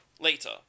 later